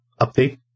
update